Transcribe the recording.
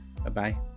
Bye-bye